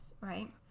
right